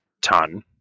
ton